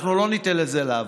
אנחנו לא ניתן לזה לעבור,